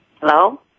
Hello